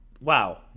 wow